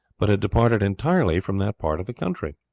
but had departed entirely from that part of the country.